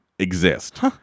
Exist